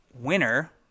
winner